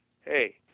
hey